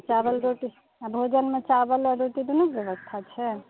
चावल रोटी भोजनमे चावल आओर रोटी दुनूकेँ व्यवस्था छै